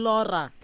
Laura